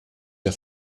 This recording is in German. der